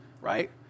Right